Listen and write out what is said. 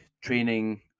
training